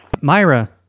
Myra